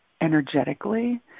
energetically